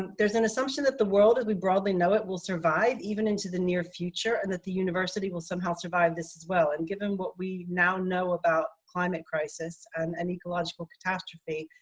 and there's an assumption that the world is we broadly know it will survive even into the near future, and that the university will somehow survive this as well. and given what we now know about climate crisis and an ecological catastrophe,